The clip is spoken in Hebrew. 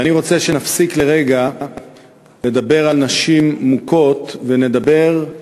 ואני רוצה שנפסיק לרגע לדבר על נשים מוכות, ונדבר,